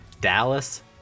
Dallas –